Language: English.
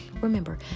Remember